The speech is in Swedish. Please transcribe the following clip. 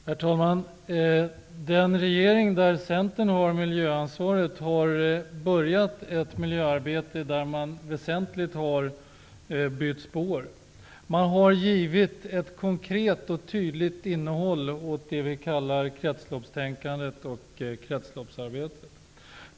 Herr talman! Den regering där Centern har miljöansvaret har börjat ett miljöarbete där man i väsentliga delar har bytt spår. Man har givit ett konkret och tydligt innehåll åt det vi kallar kretsloppstänkandet och kretsloppsarbetet.